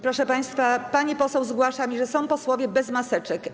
Proszę państwa, pani poseł zgłasza mi, że są posłowie bez maseczek.